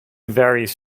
varies